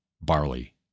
barley